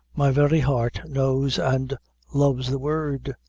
my very heart knows and loves the word,